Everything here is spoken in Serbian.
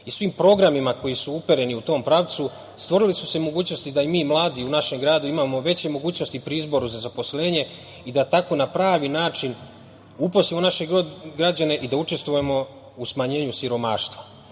i svim programima koji su upereni u tom pravcu stvorile su se mogućnosti da i mi mladi u našem gradu imamo veće mogućnosti pri izboru za zaposlenje i da tako na pravi način uposlimo naše građane i da učestvujemo u smanjenju siromaštva. Pored